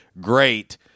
great